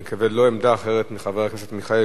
אני מתכוון, לא עמדה אחרת מחבר הכנסת מיכאלי.